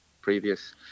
previous